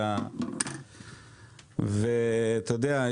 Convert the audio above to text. אתה יודע,